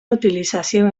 utilización